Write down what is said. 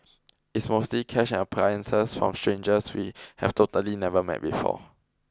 it's mostly cash and appliances from strangers we have totally never met before